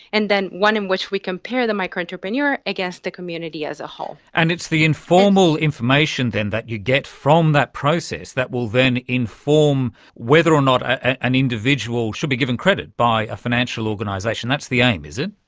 and then one in which we compare the micro entrepreneurs against the community as a whole. and it's the informal information then that you get from that process that will then inform whether or not an individual should be given credit by a financial organisation. that's the aim, is it?